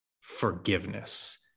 forgiveness